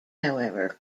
however